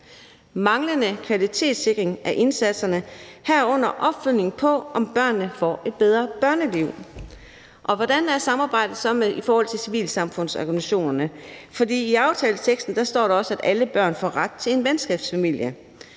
manglende kvalitetssikring af indsatserne, herunder opfølgning på, om børnene får et bedre børneliv. Hvordan er samarbejdet så i forhold til civilsamfundsorganisationerne? For i aftaleteksten står der også, at alle børn får ret til en venskabsfamilie,